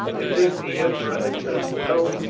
i think the emperor has done well,